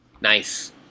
Nice